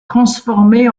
transformée